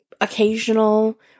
occasional